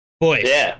Boys